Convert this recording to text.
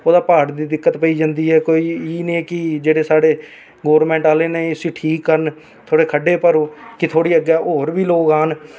ओह् कुदै प्हाड़ दी दिक्कत पेई जंदी ऐ एह् निं ऐ कि गोरमैंट आह्ले उस्सी ठीक करन थोह्ड़े खड्डे भरो कि थोह्ड़े होर बी लोक आन